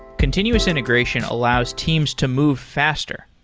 continuous integration allows teams to move faster.